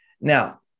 Now